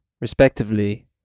respectively